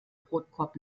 brotkorb